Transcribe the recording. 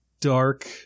dark